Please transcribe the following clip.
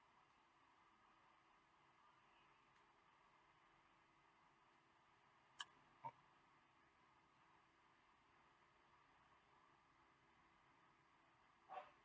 oh